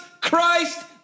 Christ